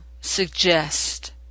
suggest